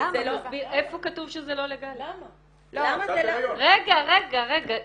ולכן כל הפרטאצ' באמצע,